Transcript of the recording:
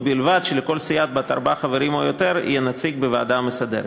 ובלבד שלכל סיעה בת ארבעה חברים או יותר יהיה נציג בוועדה המסדרת".